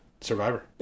Survivor